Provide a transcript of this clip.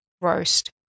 roast